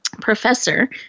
professor